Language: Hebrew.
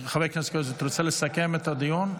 חבר הכנסת קרויזר, אתה רוצה לסכם את הדיון?